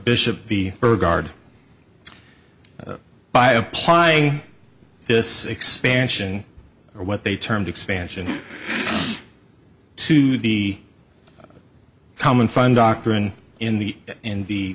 bishop the guard by applying this expansion or what they termed expansion to be common fund doctrine in the in the